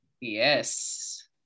Yes